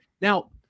Now